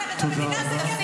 המדינה זה גם,